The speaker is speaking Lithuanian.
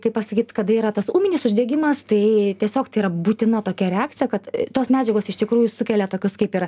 kaip pasakyt kada yra tas ūminis uždegimas tai tiesiog tai yra būtina tokia reakcija kad tos medžiagos iš tikrųjų sukelia tokius kaip ir